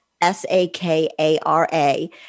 S-A-K-A-R-A